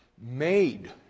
made